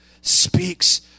speaks